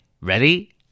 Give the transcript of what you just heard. Ready